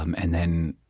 um and then,